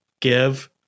give